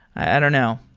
i don't know.